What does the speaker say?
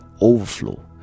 overflow